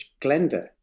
Glenda